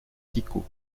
tycho